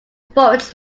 revolts